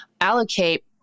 allocate